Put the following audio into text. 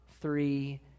three